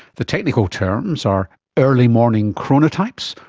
the technical terms are early morning chronotypes,